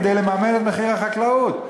כדי לממן את מחיר המים לחקלאות?